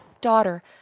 daughter